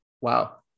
Wow